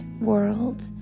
world